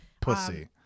Pussy